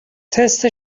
تست